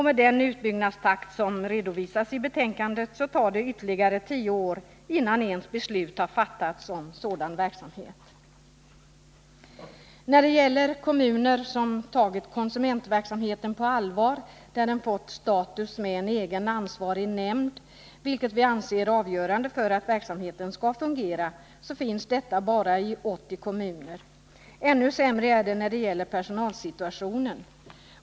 Med den utbyggnadstakt som redovisas i betänkandet tar det ytterligare tio år innan ens beslut har fattats om sådan verksamhet. Endast 80 kommuner har tagit konsumentverksamheten på allvar och givit den status med en egen ansvarig nämnd -— vilket vi anser avgörande för att verksamheten skall fungera. Ännu sämre är personalsituationen.